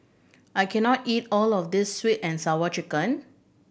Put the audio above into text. I can not eat all of this Sweet And Sour Chicken